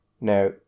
Now